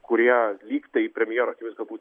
kurie lygtai premjero akimis galbūt